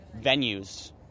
venues